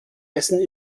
essen